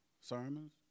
sermons